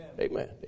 Amen